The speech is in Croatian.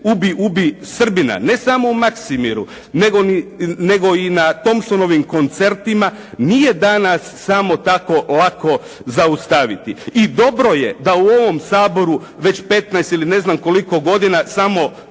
"ubij, ubij Srbina", ne samo u Maksimiru, nego i na Thompsonovim koncertima nije danas samo tako lako zaustaviti i dobro je da u ovom Saboru već 15 ili ne znam koliko godina samo